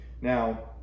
Now